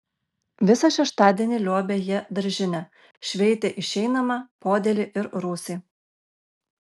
visą šeštadienį liuobė jie daržinę šveitė išeinamą podėlį ir rūsį